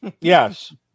Yes